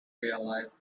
realize